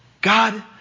God